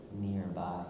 nearby